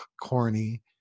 corny